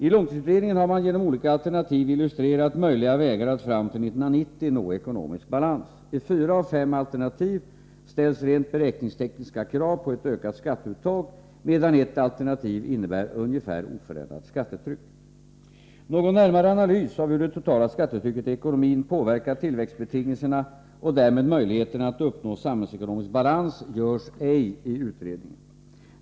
I långtidsutredningen har man genom olika alternativ illustrerat möjliga vägar att fram till 1990 nå ekonomisk balans. I fyra av fem alternativ ställs rent beräkningstekniska krav på ett ökat skatteuttag, medan ett alternativ innebär ungefär oförändrat skattetryck. Någon närmare analys av hur det totala skattetrycket i ekonomin påverkar tillväxtbetingelserna och därmed möjligheterna att uppnå samhällsekonomisk balans görs ej i utredningen.